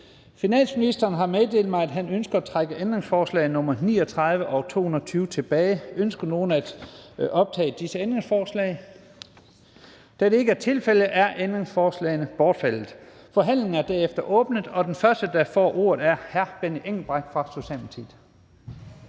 Finansministeren har meddelt mig, at han ønsker at trække ændringsforslag nr. 39 og 220 tilbage. Ønsker nogen at optage disse ændringsforslag? Da det ikke er tilfældet, er ændringsforslagene bortfaldet. Forhandlingen er derefter åbnet, og den første, der får ordet, er hr. Benny Engelbrecht fra Socialdemokratiet.